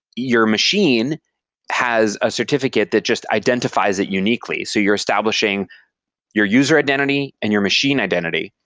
your machine has a certificate that just identifies it uniquely. so you're establishing your user identity and your machine identity,